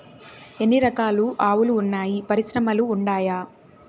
ఎన్ని రకాలు ఆవులు వున్నాయి పరిశ్రమలు ఉండాయా?